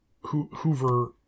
Hoover